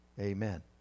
Amen